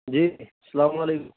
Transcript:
جی السّلام علیکم